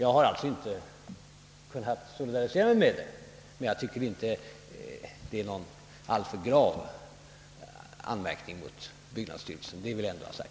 Jag har inte kunnat solidarisera mig med förfaringssättet, men jag anser inte att det finns anledning till grava anmärkningar.